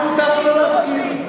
גם מותר לא להסכים.